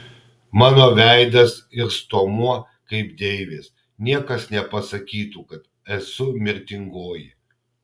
mano veidas ir stuomuo kaip deivės niekas nepasakytų kad esu mirtingoji